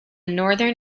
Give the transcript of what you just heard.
northern